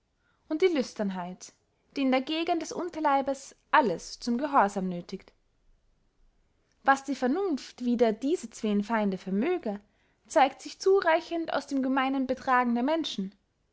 und die lüsternheit die in der gegend des unterleibes alles zum gehorsam nöthigt was die vernunft wider diese zween feinde vermöge zeigt sich zureichend aus dem gemeinen betragen der menschen